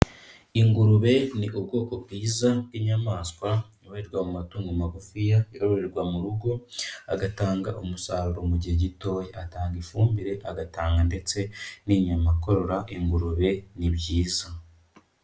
Ingurube ni ubwoko bwiza bw'inyamaswa ibarirwa mu matungo magufiya yororerwa mu rugo, agatanga umusaruro mu gihe gitoya. Atanga ifumbire, agatanga ndetse n'inyama. Korora ingurube ni byiza.